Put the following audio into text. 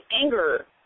anger